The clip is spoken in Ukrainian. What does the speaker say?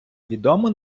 відомо